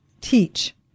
teach